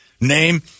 name